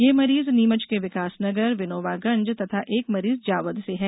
ये मरीज नीमच के विकास नगर विनोबा गंज तथा एक मरीज जावद से है